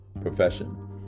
profession